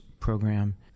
program